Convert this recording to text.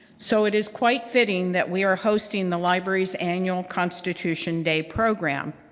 so it is quite fitting that we are hosting the library's annual constitution day program.